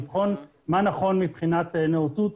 לבחון מה נכון מבחינת נאותות,